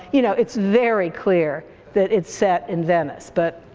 you know, it's very clear that it's set in venice, but